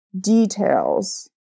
details